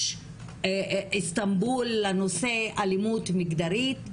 יש איסטנבול לנושא אלימות מגדרית.